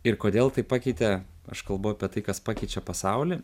ir kodėl tai pakeitė aš kalbu apie tai kas pakeičia pasaulį